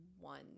one